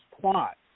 plot